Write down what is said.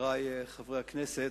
חברי חברי הכנסת,